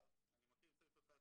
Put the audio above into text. אני מקריא את סעיף 11: